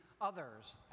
others